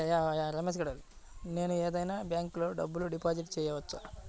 నేను ఏదైనా బ్యాంక్లో డబ్బు డిపాజిట్ చేయవచ్చా?